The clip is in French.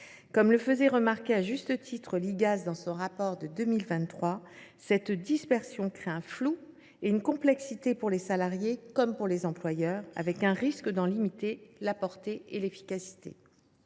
Comme le faisait remarquer à juste titre l’Igas dans son rapport de 2023, cette dispersion est source de flou et de complexité pour les salariés comme pour les employeurs, ce qui risque de limiter la portée et l’efficacité